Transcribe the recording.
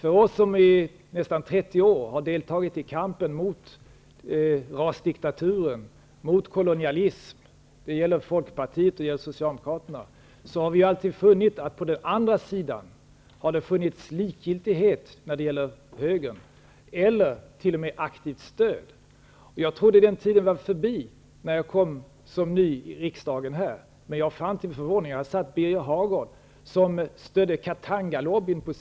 Vi som i nästan 30 år har deltagit i kampen mot rasdiktaturen, mot kolonialismen -- det gäller Folkpartiet och Socialdemokraterna -- har alltid funnit att det på andra sidan, hos högern, har funnits likgiltighet eller t.o.m. aktivt stöd. Jag trodde att den tiden var förbi när jag som ny kom till riksdagen. Men jag fann till min förvåning att här satt Birger Hagård som på sin tid stödde Katangalobbyn.